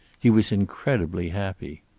he was incredibly happy.